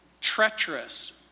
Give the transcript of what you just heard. treacherous